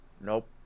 Nope